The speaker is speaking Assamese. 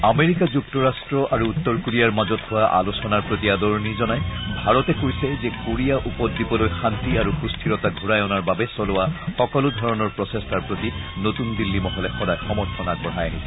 আমেৰিকা যুক্তৰাষ্ট আৰু উত্তৰ কোৰিয়াৰ মাজত হোৱা আলোচনাৰ প্ৰতি আদৰণি জনাই ভাৰতে কৈছে যে কোৰিয়া উপ দ্বীপলৈ শান্তি আৰু সুস্থিৰতা ঘূৰাই অনাৰ বাবে চলোৱা সকলো ধৰণৰ প্ৰচেষ্টাৰ প্ৰতি নতুন দিল্লী মহলে সদায় সমৰ্থন আগবঢ়াই আহিছে